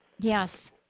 Yes